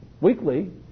weekly